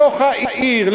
בתוך העיר,